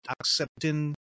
accepting